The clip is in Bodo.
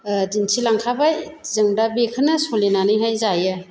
दिन्थिलांखाबाय जों दा बेखौनो सोलिनानैहाय जायो